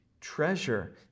treasure